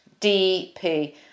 dp